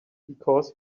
because